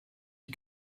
die